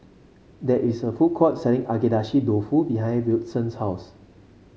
there is a food court selling Agedashi Dofu behind Wilton's house